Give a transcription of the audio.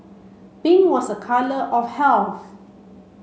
pink was a colour of health